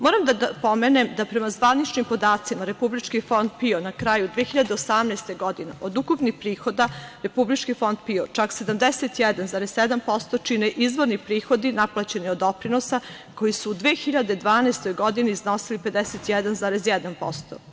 Moram da pomenem da prema zvaničnim podacima Republički fond PIO na kraju 2018. godine, od ukupnih prihoda, čak 71,7% čine izvorni prihodi naplaćeni od doprinosa koji su u 2012. godini iznosili 51,1%